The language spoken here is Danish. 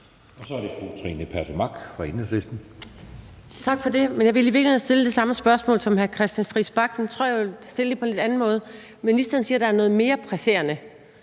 Så er det fru Trine Pertou Mach fra Enhedslisten.